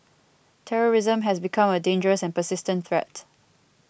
terrorism has become a dangerous and persistent threat